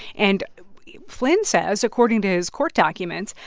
and flynn says, according to his court documents,